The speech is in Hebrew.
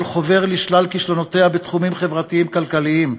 חובר לשלל כישלונותיה בתחומים חברתיים כלכליים.